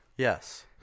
Yes